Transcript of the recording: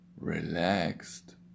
relaxed